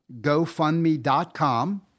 Gofundme.com